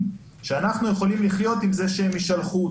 שאנחנו יכולים לחיות עם זה שהם ישלחו.